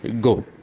Go